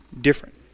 different